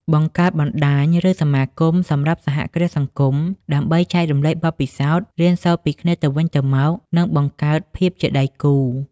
បង្កើតបណ្តាញ ឬសមាគមសម្រាប់សហគ្រាសសង្គម ដើម្បីចែករំលែកបទពិសោធន៍ រៀនសូត្រពីគ្នាទៅវិញទៅមក និងបង្កើតភាពជាដៃគូ ។